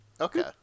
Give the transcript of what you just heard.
Okay